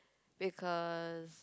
because